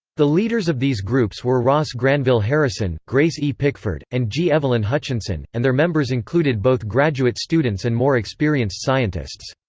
the leaders of these groups were ross granville harrison, grace e. pickford, and g. evelyn hutchinson, and their members included both graduate students and more experienced scientists.